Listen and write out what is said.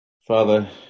Father